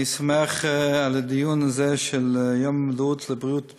אני שמח על הדיון הזה של יום המודעות לבריאות בכנסת.